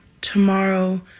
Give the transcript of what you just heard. tomorrow